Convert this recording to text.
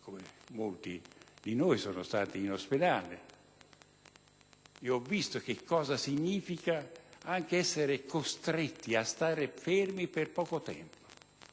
come molti di noi, sono stato in ospedale e ho visto che cosa significa essere costretti a stare fermi, anche per poco tempo.